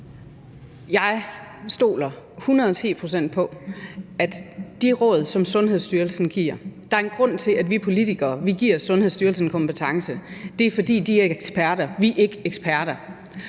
Jeg stoler 110 pct. på de råd, som Sundhedsstyrelsen giver. Der er en grund til, at vi politikere giver Sundhedsstyrelsen kompetence, og det er, fordi de er eksperter. Vi er ikke eksperter,